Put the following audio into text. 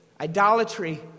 idolatry